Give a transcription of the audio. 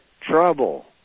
trouble